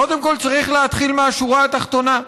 קודם כול, צריך להתחיל מהשורה התחתונה,